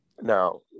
Now